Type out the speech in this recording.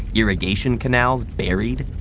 irrigation canals buried?